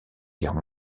guerre